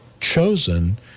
chosen